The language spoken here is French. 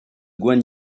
guan